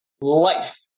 life